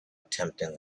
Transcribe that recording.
attempting